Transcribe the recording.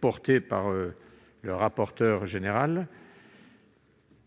soutenu par le rapporteur général